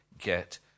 get